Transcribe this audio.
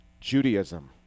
Judaism